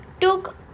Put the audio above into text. took